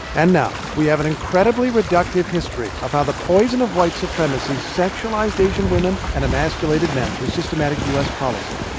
and now we have an incredibly reductive history of how the poison of white supremacy sexualized asian women and emasculated men through systematic u s. policy.